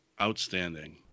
Outstanding